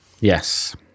yes